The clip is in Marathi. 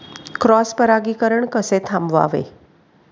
क्रॉस परागीकरण कसे थांबवावे?